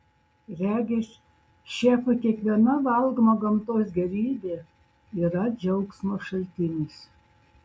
regis šefui kiekviena valgoma gamtos gėrybė yra džiaugsmo šaltinis